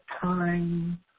time